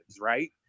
right